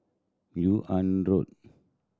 Yunnan Road